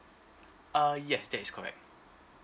err yes that is correct